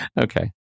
Okay